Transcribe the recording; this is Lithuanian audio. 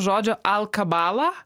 žodžio alkabala